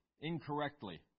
incorrectly